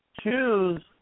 choose